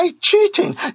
cheating